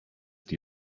die